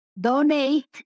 donate